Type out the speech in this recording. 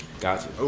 Gotcha